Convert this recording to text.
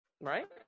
right